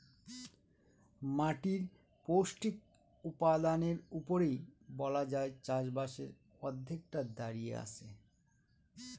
মাটির পৌষ্টিক উপাদানের উপরেই বলা যায় চাষবাসের অর্ধেকটা দাঁড়িয়ে আছে